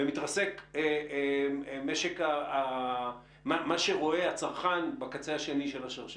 ומתרסק מה שרואה הצרכן בקצה השני של השרשרת.